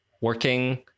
working